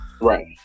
Right